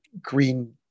green